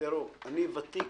תראו, אני ותיק